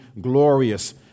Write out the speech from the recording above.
glorious